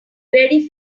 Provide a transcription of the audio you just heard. verify